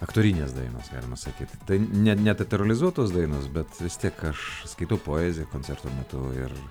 aktorinės dainos galima sakyt tai ne ne teatralizuotos dainos bet vis tiek aš skaitau poeziją koncerto metu ir